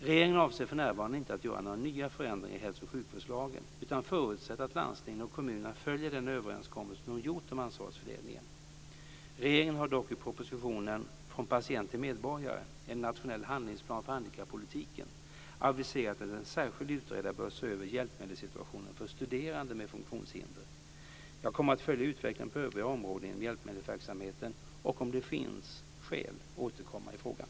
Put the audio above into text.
Regeringen avser för närvarande inte att göra några nya förändringar i hälso och sjukvårdslagen, utan förutsätter att landstingen och kommunerna följer den överenskommelse de gjort om ansvarsfördelningen. Regeringen har dock i propositionen Från patient till medborgare - en nationell handlingsplan för handikappolitiken aviserat att en särskild utredare bör se över hjälpmedelssituationen för studerande med funktionshinder. Jag kommer att följa utvecklingen på övriga områden inom hjälpmedelsverksamheten och om det finns skäl återkomma i frågan.